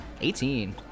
18